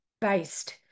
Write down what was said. based